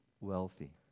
wealthy